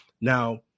Now